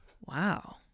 Wow